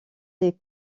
les